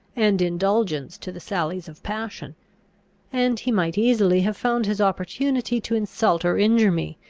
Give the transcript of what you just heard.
and indulgence to the sallies of passion and he might easily have found his opportunity to insult or injure me,